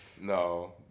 No